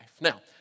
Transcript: Now